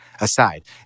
aside